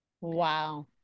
Wow